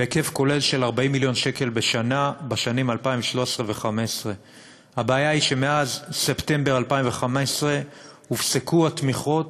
בהיקף כולל של 40 מיליון שקל בשנים 2013 2015. הבעיה היא שמאז ספטמבר 2015 הופסקו התמיכות,